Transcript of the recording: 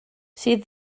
sydd